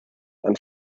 and